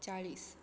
चाळीस